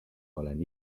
olen